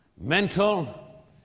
mental